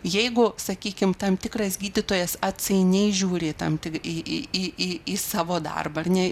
jeigu sakykim tam tikras gydytojas atsainiai žiūri į tam tik į į į į į savo darbą ar ne